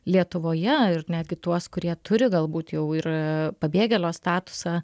lietuvoje ir netgi tuos kurie turi galbūt jau ir pabėgėlio statusą